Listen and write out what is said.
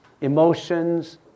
emotions